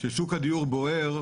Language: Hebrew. ששוק הדיור בוער,